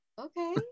Okay